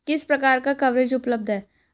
किस प्रकार का कवरेज उपलब्ध है?